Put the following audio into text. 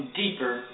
deeper